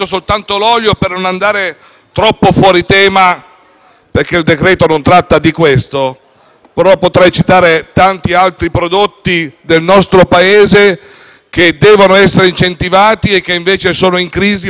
perché il provvedimento non tratta di questo, però potrei citare tanti altri prodotti del nostro Paese che devono essere incentivati e che invece sono in crisi proprio a causa di scelte europee sbagliate,